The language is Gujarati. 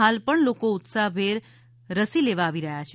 હાલ પણ લોકો ઉત્સાહભેર રસી લેવા આવી રહ્યા છે